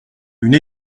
une